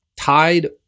tied